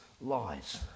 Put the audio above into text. lies